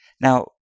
Now